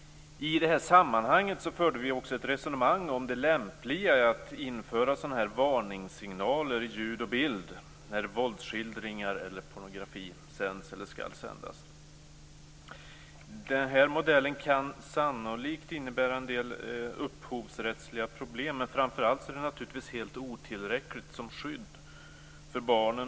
I detta sammanhang förde vi också ett resonemang om det lämpliga i att införa sådana här varningssignaler i ljud och bild när våldsskildringar eller pornografi sänds eller skall sändas. Den här modellen kan sannolikt innebära en del upphovsrättsliga problem men framför allt är den helt otillräcklig som skydd för barnen.